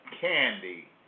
candy